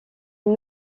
une